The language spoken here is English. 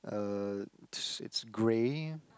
uh it's grey